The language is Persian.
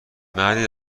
مردی